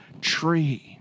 tree